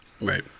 Right